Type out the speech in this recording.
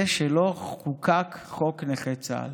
זה שלא חוקק חוק נכי צה"ל.